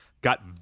got